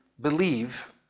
Believe